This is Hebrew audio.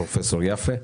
פרופ' יפה,